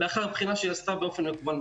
לאחר בחינה שהיא עשתה בבית,